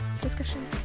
discussion